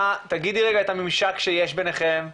תגידי רגע את הממשק שיש ביניכם,